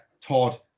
Todd